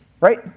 Right